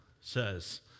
says